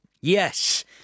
Yes